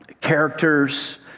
characters